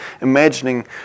imagining